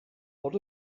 what